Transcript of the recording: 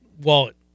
wallet